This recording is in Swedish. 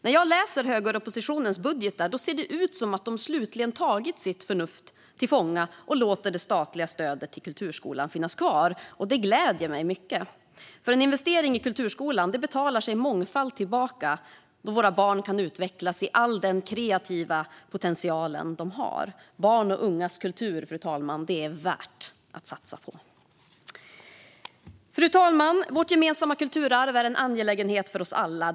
När jag läser högeroppositionens budgetar ser det ut som om de slutligen tagit sitt förnuft till fånga och låter det statliga stödet till kulturskolan finnas kvar. Det gläder mig mycket. En investering i kulturskolan betalar sig mångfalt tillbaka då våra barn kan utvecklas i all den kreativa potential de har. Barns och ungas kultur, fru talman, är värd att satsa på. Fru talman! Vårt gemensamma kulturarv är en angelägenhet för oss alla.